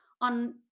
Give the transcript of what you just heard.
on